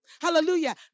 Hallelujah